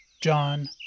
John